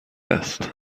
است